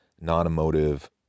non-emotive